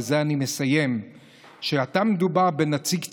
בזה אני מסיים: כשמדובר בנציג ציבור,